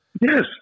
Yes